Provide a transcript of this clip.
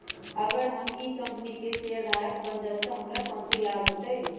अगर हम ई कंपनी के शेयरधारक बन जाऊ तो हमरा काउची लाभ हो तय?